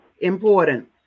important